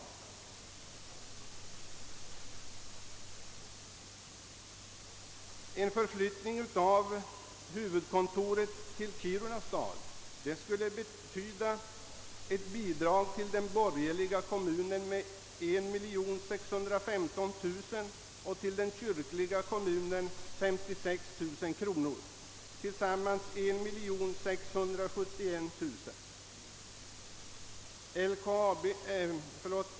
Det framgår att en förflyttning av huvudkontoret till Kiruna stad skulle betyda ett bidrag till den borgerliga kommunen med 1615 000 och till den kyrkliga kommunen med 56 000 kronor — tillsammans 1671 000 kronor.